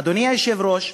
אדוני היושב-ראש,